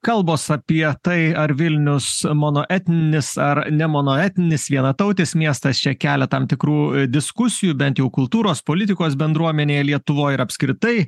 kalbos apie tai ar vilnius monoetninis ar ne monoetninis vienatautis miestas čia kelia tam tikrų diskusijų bent jau kultūros politikos bendruomenėj lietuvoj ir apskritai